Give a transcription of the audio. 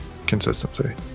Consistency